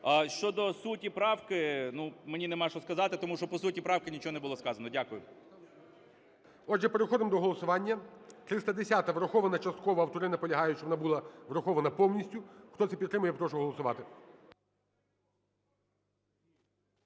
Щодо суті правки, ну, мені нема, що сказати, тому що по суті правки нічого не було сказано. Дякую. ГОЛОВУЮЧИЙ. Отже, переходимо до голосування. 310-а врахована частково. Автори наполягають, щоб вона була врахована повністю. Хто це підтримує, прошу голосувати.